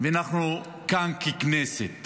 ואם אנחנו כאן ככנסת